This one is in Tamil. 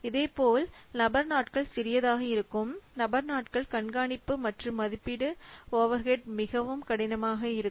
இதேபோல் நபர் நாட்கள் சிறியதாக இருக்கும் நபர் நாட்கள் கண்காணிப்பு மற்றும் மதிப்பீடு ஓவர்ஹீட் மிகவும் கடினமாக இருக்கும்